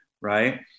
Right